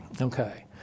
Okay